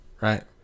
right